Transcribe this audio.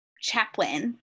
chaplain